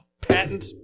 Patent